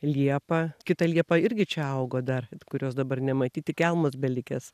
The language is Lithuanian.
liepa kita liepa irgi čia augo dar kurios dabar nematyti kelmas belikęs